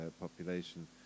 population